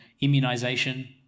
immunization